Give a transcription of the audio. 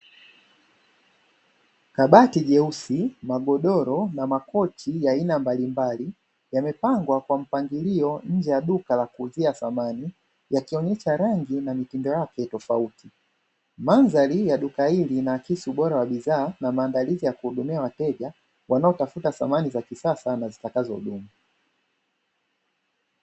Kabati jeusi, magodoro na makochi aina mbalimbali yamepangwa kwa mpangilio nje ya duka la kuuzia samani, yakionyesha rangi na mitindo yake tofauti, mandhari ya duka hili inaakisi ubora wa bidhaa na maandalizi ya kuhudumia wateja wanaotafuta samani za kisasa na zitakazodumu.